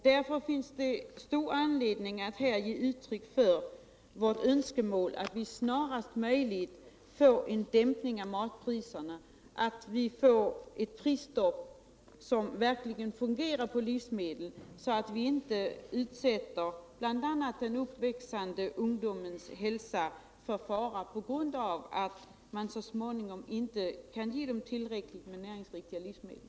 Därför finns det stor anledning att här ge uttryck för vårt önskemål att vi snarast möjligt skall få en dämpning av matpriserna och att vi får ett prisstopp på livsmedel, som verkligen fungerar, så att vi inte utsätter bl.a. den uppväxande ungdomens hälsa för fara på grund av att man så småningom inte kan ge dem tillräckligt med näringsrika livsmedel.